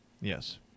Yes